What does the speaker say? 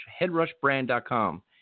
headrushbrand.com